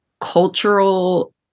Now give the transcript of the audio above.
cultural